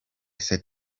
said